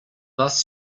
bus